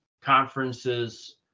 conferences